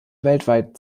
weltweit